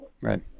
Right